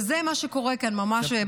וזה מה שקורה כאן בפועל.